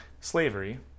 Slavery